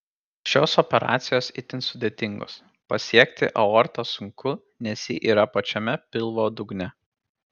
šios operacijos itin sudėtingos pasiekti aortą sunku nes ji yra pačiame pilvo dugne